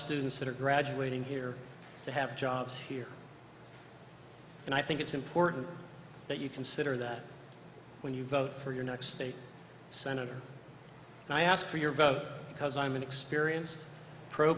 students that are graduating here to have jobs here and i think it's important that you consider that when you vote for your next state senator and i ask for your vote because i'm an experienced pro